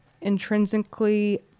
intrinsically